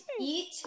eat